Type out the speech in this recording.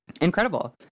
Incredible